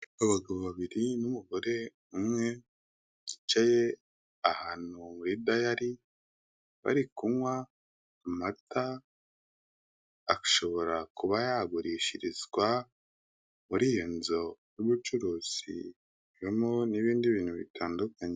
Abagabo babiri n'umugore umwe bicaye ahantu kuri dayari bari kunywa amata, ashobora kuba yagurishirizwa muri iyo nzu y'ubucuruzi; harimo n'ibindi bintu bitandukanye.